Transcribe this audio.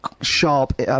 sharp